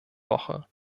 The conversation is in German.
woche